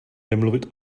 nemluvit